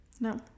No